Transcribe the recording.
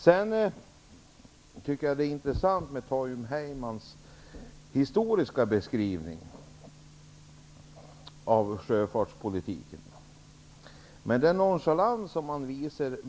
Jag tycker att Tom Heymans beskrivning av sjöfartspolitikens historia är intressant.